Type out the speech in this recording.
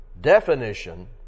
definition